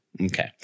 Okay